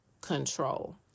control